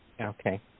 Okay